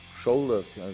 Shoulders